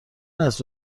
است